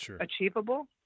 achievable